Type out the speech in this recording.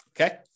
Okay